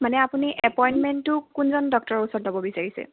মানে আপুনি এপইণ্টমেণ্টটো কোনজন ডক্তৰৰ ওচৰত ল'ব বিচাৰিছে